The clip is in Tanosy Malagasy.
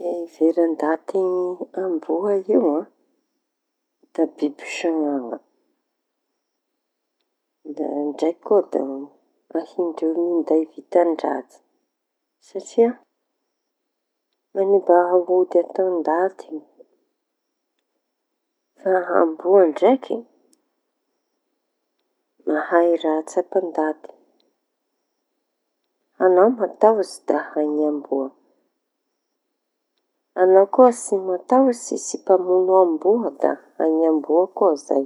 Fiheveran-daty ny amboa io an da biby sañaña. Da ndraiky koa da ahin-dreo minday vitan-dratsy satria manimba aody atao ndaty. Da amboa ndraiky mahay raha tsapa-ndaty añao mataotsy da haiñy amboa. Añao koa tsy mataotsy tsy mpamono amboa da haiñy amboa koa zay.